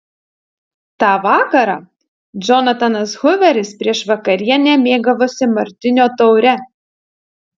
tą vakarą džonatanas huveris prieš vakarienę mėgavosi martinio taure